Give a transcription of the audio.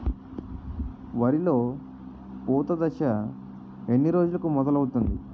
వరిలో పూత దశ ఎన్ని రోజులకు మొదలవుతుంది?